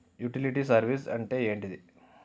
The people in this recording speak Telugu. యుటిలిటీ సర్వీస్ అంటే ఏంటిది?